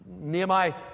Nehemiah